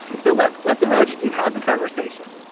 so let's let's imagine you've had the conversation.